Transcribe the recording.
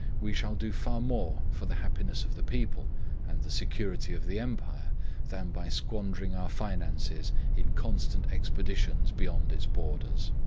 we shall do far more for the happiness of the people and the security of the empire than by squandering our finances in constant expeditions beyond its borders.